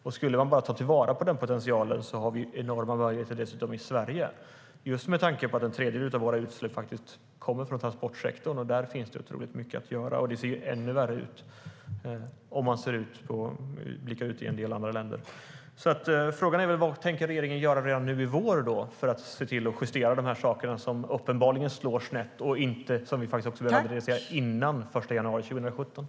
Om man bara skulle ta vara på den potentialen har vi dessutom enorma möjligheter i Sverige just med tanke på att en tredjedel av våra utsläpp kommer från transportsektorn. Där finns otroligt mycket att göra. Och det ser ännu värre ut om man blickar ut i en del andra länder.